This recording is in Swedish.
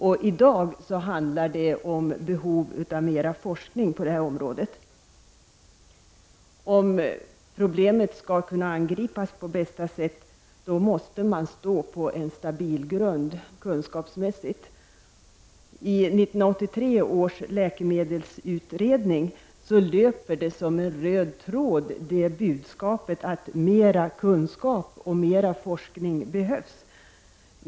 I dag handlar det om behovet av mera forskning på det här området. Om problemet skall kunna angripas på bästa sätt måste man stå på en sta bil grund kunskapsmässigt. I 1983 års läkemedelsutredning löper som en röd tråd budskapet att mera kunskap och mera forskning behövs.